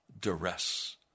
duress